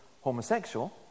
homosexual